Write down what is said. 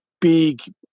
big